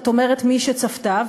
את אומרת "מי שצפתה",